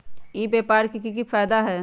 ई व्यापार के की की फायदा है?